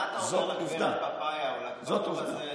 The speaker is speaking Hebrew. מה אתה אומר על פאפאיה או על הבחור הזה,